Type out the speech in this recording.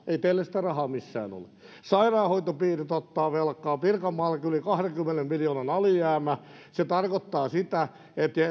ei teillä sitä rahaa missään ole sairaanhoitopiirit ottavat velkaa pirkanmaallakin on yli kahdenkymmenen miljoonan alijäämä se tarkoittaa sitä